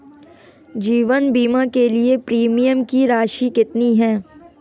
जीवन बीमा के लिए प्रीमियम की राशि कितनी है?